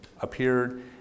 appeared